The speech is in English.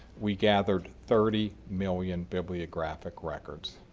we gathered thirty million bibliographic records.